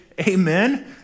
Amen